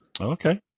Okay